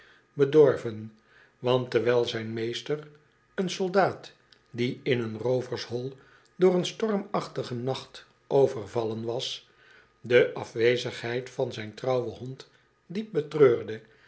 bedorven want terwijl zijn meester een soldaat die in een roovershol door een stormachtigen nacht overvallen was de afwezigheid van zijn trouwen hond diep